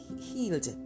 healed